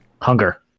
hunger